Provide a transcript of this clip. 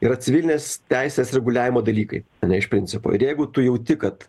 yra civilinės teisės reguliavimo dalykai ane iš principo ir jeigu tu jauti kad